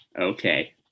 Okay